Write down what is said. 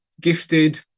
gifted